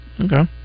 Okay